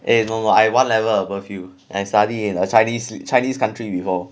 eh no lah I one level above you I study in chinese chinese country before